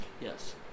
Yes